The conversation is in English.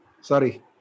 Sorry